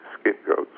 scapegoats